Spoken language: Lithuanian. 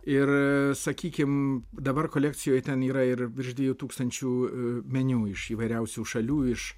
ir sakykim dabar kolekcijoj ten yra ir virš dviejų šimtų meniu iš įvairiausių šalių iš